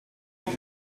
vous